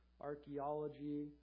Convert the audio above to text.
Archaeology